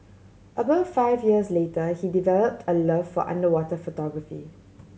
about five years later he developed a love for underwater photography